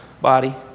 body